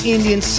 Indian